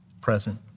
present